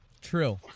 True